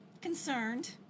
concerned